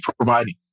providing